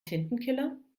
tintenkiller